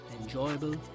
enjoyable